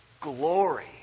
glory